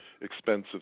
expensive